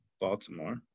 Baltimore